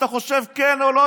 אתה חושב אם כן או לא,